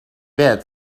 bed